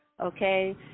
okay